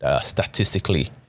statistically